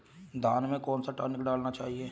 धान में कौन सा टॉनिक डालना चाहिए?